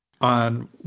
On